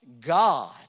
God